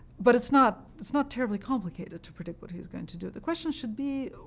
but it's not it's not terribly complicated to predict what he is going to do. the question should be,